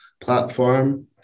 platform